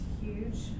huge